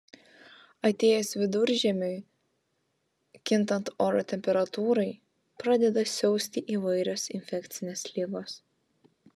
atėjus viduržiemiui kintant oro temperatūrai pradeda siausti įvairios infekcinės ligos